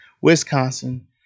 Wisconsin